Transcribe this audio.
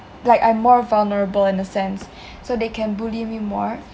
like I'm more vulnerable in the sense so they can bully me more